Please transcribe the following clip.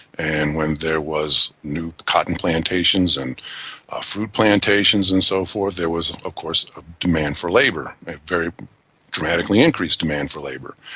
and when there was new cotton plantations and fruit plantations and so forth, there was of course a demand for labour, a very dramatically increased demand for labour.